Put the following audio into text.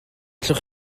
allwch